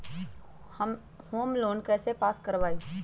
Home loan कैसे pass कर बाबई?